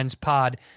Pod